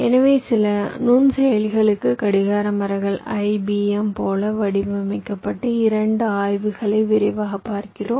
எனவே சில நுண்செயலிகளுக்கு கடிகார மரங்கள் IBM போல வடிவமைக்கப்பட்ட 2 ஆய்வுகளை விரைவாகப் பார்க்கிறோம்